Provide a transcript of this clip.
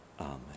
Amen